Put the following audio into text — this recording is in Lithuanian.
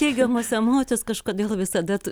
teigiamas emocijas kažkodėl visada